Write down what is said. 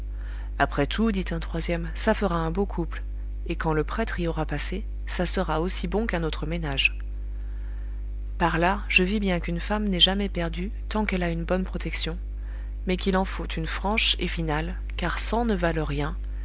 après tout dit un troisième ça fera un beau couple et quand le prêtre y aura passé ça sera aussi bon qu'un autre ménage par là je vis bien qu'une femme n'est jamais perdue tant qu'elle a une bonne protection mais qu'il en faut une franche et finale car cent ne valent rien